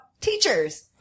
teachers